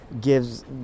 gives